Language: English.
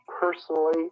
personally